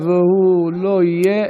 אם הוא לא יהיה,